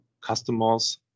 customers